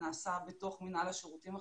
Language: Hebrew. נעשה בתוך מינהל השירותים החברתיים,